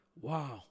wow